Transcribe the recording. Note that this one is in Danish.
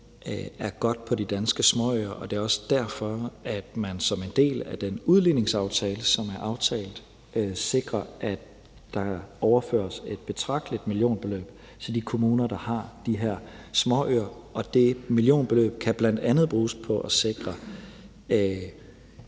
er godt på de danske småøer, og det er også derfor, at man som en del af den udligningsaftale, som vi har indgået, sikrer, at der overføres et betragteligt millionbeløb til de kommuner, der har de her småøer, og det millionbeløb kan bl.a. bruges på at sikre